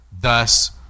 Thus